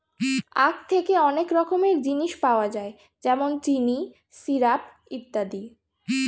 আখ থেকে অনেক রকমের জিনিস পাওয়া যায় যেমন চিনি, সিরাপ ইত্যাদি